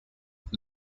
have